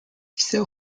still